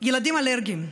ילדים אלרגיים,